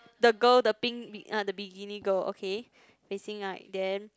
the girl the pink bi~ the bikini girl okay facing like then